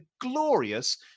glorious